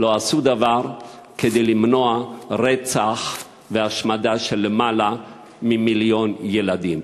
לא עשו דבר כדי למנוע רצח והשמדה של למעלה ממיליון ילדים.